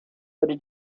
wurde